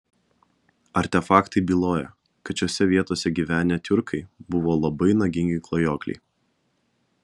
artefaktai byloja kad šiose vietose gyvenę tiurkai buvo labai nagingi klajokliai